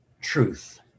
truth